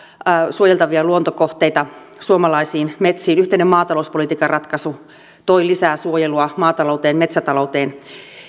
suojeltavia luontokohteita suomalaisiin metsiin yhteinen maatalouspolitiikan ratkaisu toi lisää suojelua maatalouteen metsätalouteen